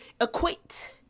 equate